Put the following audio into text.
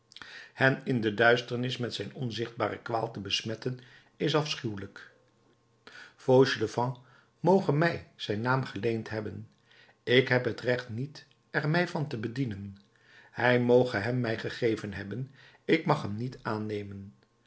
hen in de duisternis met zijn ontzichtbare kwaal te besmetten is afschuwelijk fauchelevent moge mij zijn naam geleend hebben ik heb het recht niet er mij van te bedienen hij moge hem mij gegeven hebben ik mag hem niet aannemen